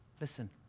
Listen